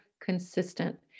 consistent